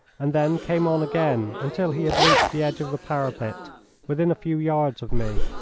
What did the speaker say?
and then came on again until he had reached the edge of the parapet within a few yards of me.